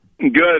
Good